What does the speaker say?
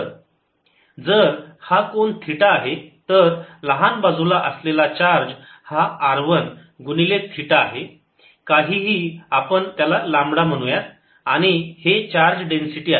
r2θλr2n r1θλr1n 0If n1 ⟹ E∝1r जर हा कोन थीटा आहे तर लहान बाजूला असलेला चार्ज हा r 1 गुणिले थीटा आहे काहीही आपण त्याला लांबडा म्हणूयात आणि हे चार्ज डेन्सिटी आहे